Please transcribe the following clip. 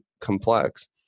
complex